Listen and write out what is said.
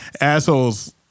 assholes